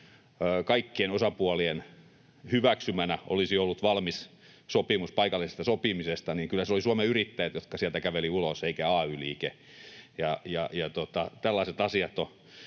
kun kaikkien osapuolien hyväksymänä olisi ollut valmis sopimus paikallisesta sopimisesta, se oli Suomen yrittäjät, jotka sieltä kävelivät ulos eikä ay-liike. Ja tällaiset asiat on